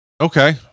Okay